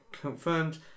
confirmed